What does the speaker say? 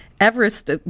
Everest